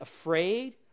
afraid